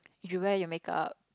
you wear your makeup